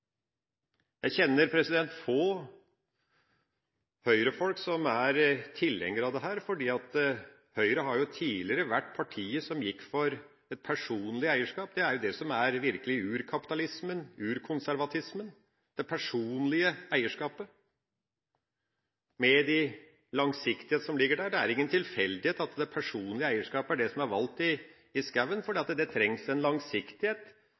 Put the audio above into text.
Jeg kjenner få Høyre-folk som er tilhengere av dette. Høyre har tidligere vært partiet som gikk for et personlig eierskap. Det er det som er virkelig urkapitalismen, urkonservatismen, det personlige eierskapet – med den langsiktighet som ligger i det. Det er ikke en tilfeldighet at personlig eierskap er det som er valgt i skogen, for det trengs en langsiktighet